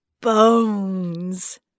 bones